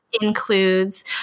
includes